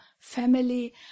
family